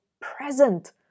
present